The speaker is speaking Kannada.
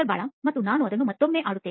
ಬಾಲಾ ಮತ್ತು ನಾನು ಅದನ್ನು ಮತ್ತೊಮ್ಮೆ ಆಡುತ್ತೇನೆ